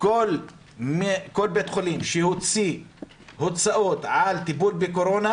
כל בית-חולים שהוציא הוצאות על טיפול בקורונה,